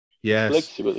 Yes